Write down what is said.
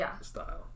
style